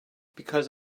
because